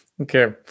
okay